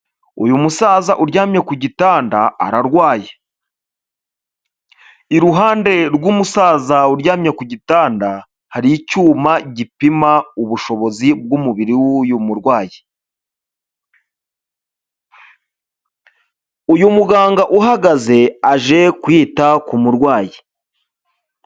Uyu musaza uryamye ku gitanda. Iruhande rw'umusaza uryamye gitanda, hari icyuma gipima ubushobozi bw'umubiriri wuyu m'urwayi. Uyu muganga uhagaze aje kwita murwayi.